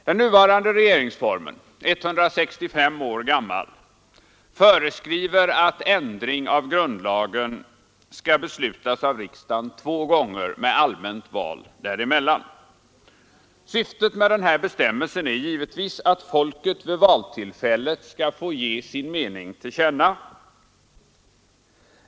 Den nuvarande regeringsformen — 165 år gammal — föreskriver att ändring av grundlagen skall beslutas av riksdagen två gånger med allmänt val däremellan. Syftet med den här bestämmelsen är givetvis att folket vid valtillfället skall få ge sin mening till känna.